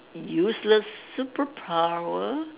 useless superpower